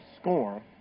score